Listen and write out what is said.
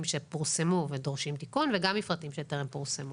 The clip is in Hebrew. שפורסמו ודורשים תיקון וגם מפרטים שטרם פורסמו.